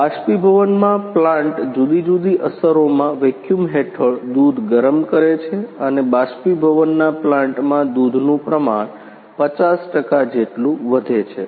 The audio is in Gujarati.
બાષ્પીભવનમાં પ્લાન્ટ જુદી જુદી અસરોમાં વેક્યૂમ હેઠળ દૂધ ગરમ કરે છે અને બાષ્પીભવનના પ્લાન્ટમાં દૂધનું પ્રમાણ 50 ટકા જેટલું વધે છે